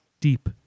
deep